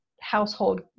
household